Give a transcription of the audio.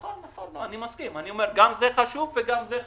אני מסכים, גם זה חשוב וגם זה חשוב.